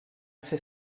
ser